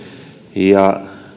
ja